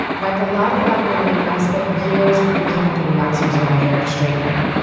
like a lot of black women, i spent years putting chemical relaxers in my hair to straighten it.